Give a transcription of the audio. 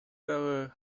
дагы